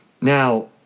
Now